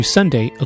Sunday